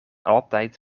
altijd